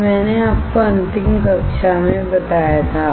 यह मैंने आपको अंतिम कक्षा में बताया था